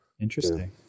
Interesting